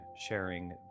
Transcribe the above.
sharing